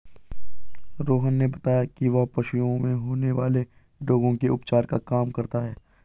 रोहन ने बताया कि वह पशुओं में होने वाले रोगों के उपचार का काम करता है